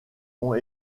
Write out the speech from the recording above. ont